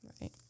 Right